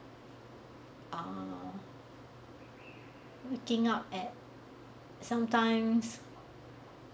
ah waking up at some times